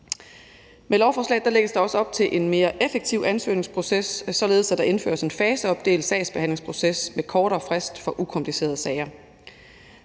Med lovforslaget lægges der også op til en mere effektiv ansøgningsproces, således at der indføres en faseopdelt sagsbehandlingsproces med kortere frist for ukomplicerede sager.